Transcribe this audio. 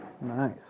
Nice